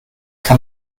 kann